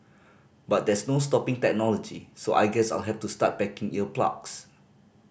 but there's no stopping technology so I guess I'll have to start packing ear plugs